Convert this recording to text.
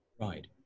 Right